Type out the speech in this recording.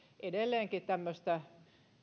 edelleenkin tämmöistä